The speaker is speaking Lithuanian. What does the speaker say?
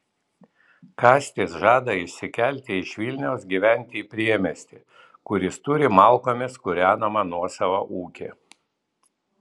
kastis žada išsikelti iš vilniaus gyventi į priemiestį kur jis turi malkomis kūrenamą nuosavą ūkį